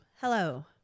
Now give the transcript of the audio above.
Hello